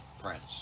prince